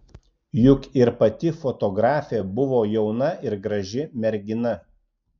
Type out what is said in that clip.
juk ir pati fotografė buvo jauna ir graži mergina